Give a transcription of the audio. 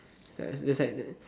so just like that